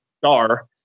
star